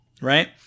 Right